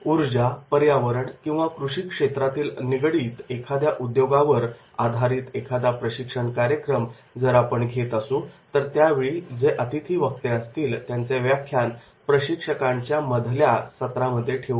ऊर्जा पर्यावरण किंवा कृषी क्षेत्रातील निगडित एखाद्या उद्योगावर आधारित एखादा प्रशिक्षण कार्यक्रम जर आपण घेत असू तर त्यावेळी जे अतिथी वक्ते असतील त्यांचे व्याख्यान प्रशिक्षकांच्यामधल्या सत्रांमध्ये ठेवू